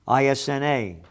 ISNA